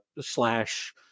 slash